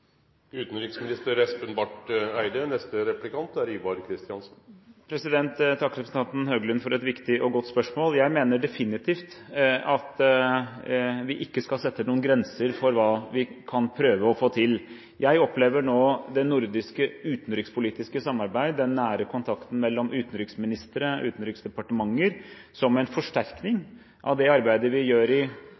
representanten Høglund for et viktig og godt spørsmål. Jeg mener definitivt at vi ikke skal sette noen grenser for hva vi kan prøve å få til. Jeg opplever nå det nordiske utenrikspolitiske samarbeidet, den nære kontakten mellom utenriksministre og utenriksdepartementer, som en forsterkning av det arbeidet noen av oss gjør i